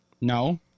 No